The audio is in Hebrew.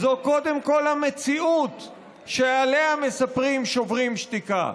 זו קודם כול המציאות שעליה מספרים שוברים שתיקה.